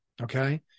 okay